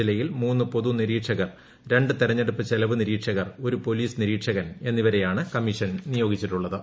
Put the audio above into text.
ജില്ലയിൽ മൂന്ന് പൊതുനിരീക്ഷകർ രണ്ട് തെരഞ്ഞെടുപ്പ് ചെലവ് നിരീക്ഷകർ ഒരു പോലീസ് നിരീക്ഷകൻ എന്നിവരെയാണ് കമ്മീഷൻ നിയോഗിച്ചിട്ടുള്ളത്